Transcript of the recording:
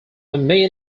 mean